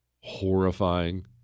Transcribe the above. horrifying